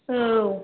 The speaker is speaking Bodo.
औ